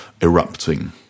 erupting